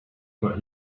but